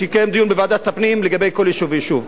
ויתקיים דיון בוועדת הפנים לגבי כל יישוב ויישוב.